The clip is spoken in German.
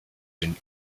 den